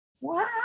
Wow